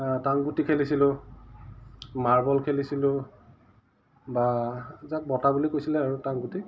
টাং গুটি খেলিছিলোঁ মাৰ্বল খেলিছিলোঁ বা যাক বতা বুলি কৈছিলে আৰু টাং গুটি